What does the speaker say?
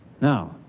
Now